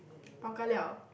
bao ka liao